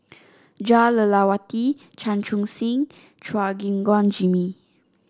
Jah Lelawati Chan Chun Sing Chua Gim Guan Jimmy